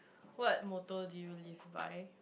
what motto do you live by